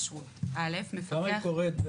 כמה היא קוראת?